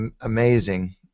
amazing